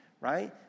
right